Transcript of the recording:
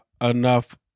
enough